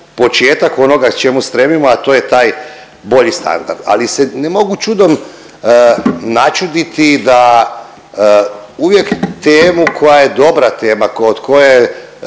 početak onoga čemu stremimo, a to je taj bolji standard. Ali se ne mogu čudom načuditi da uvijek temu koja je dobra tema, od koje